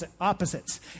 opposites